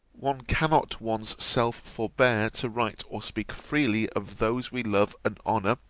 one cannot one's self forbear to write or speak freely of those we love and honour,